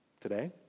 Today